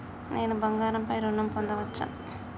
నేను బంగారం పై ఋణం పొందచ్చా?